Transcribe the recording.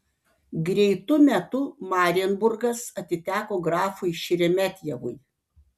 greitu metu marienburgas atiteko grafui šeremetjevui